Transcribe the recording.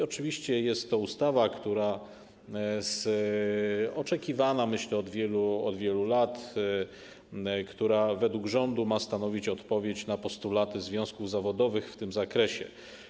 Oczywiście jest to ustawa oczekiwana, myślę, od wielu, wielu lat, która według rządu ma stanowić odpowiedź na postulaty związków zawodowych w tym zakresie.